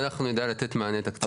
ואנחנו נדע לתת מענה תקציבי.